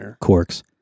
corks